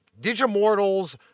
Digimortals